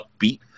upbeat